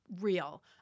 real